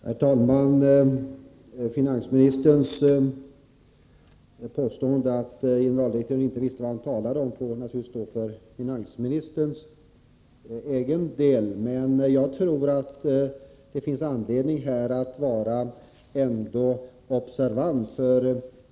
Herr talman! Finansministerns påstående att postens generaldirektör inte visste vad han talade om får naturligtvis stå för finansministern själv. Jag tror att det här finns stor anledning att vara observant.